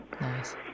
Nice